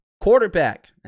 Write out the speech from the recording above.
Quarterback